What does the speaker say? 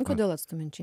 kodėl atstumiančiai